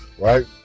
Right